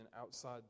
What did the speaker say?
outside